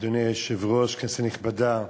אדוני היושב-ראש, כנסת נכבדה,